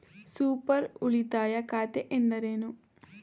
Super ಉಳಿತಾಯ ಖಾತೆ ಎಂದರೇನು?